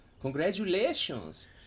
congratulations